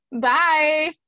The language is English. Bye